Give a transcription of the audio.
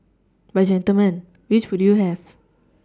but gentlemen which would you have